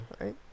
right